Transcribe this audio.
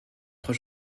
trois